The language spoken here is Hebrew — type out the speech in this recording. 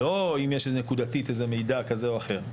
לא אם נקודתית איזה מידע כזה או אחר,